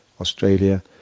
Australia